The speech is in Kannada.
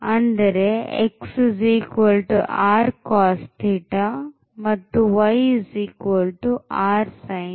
ಅಂದರೆ xrcos ಮತ್ತುyrsin